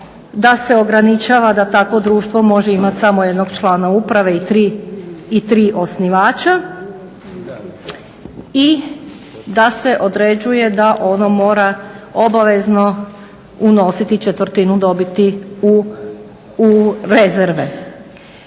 da se ograničava da takvo društvo može imat samo jednog člana uprave i tri osnivača i da se određuje da ono mora obavezno unositi četvrtinu dobiti u rezerve.